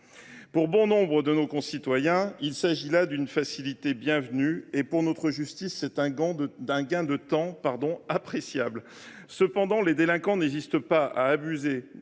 Pour bon nombre de nos concitoyens, il s’agit d’une facilité bienvenue et, pour notre justice, c’est un gain de temps appréciable. Cependant, les délinquants n’hésitent pas à abuser